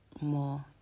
more